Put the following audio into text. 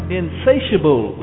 insatiable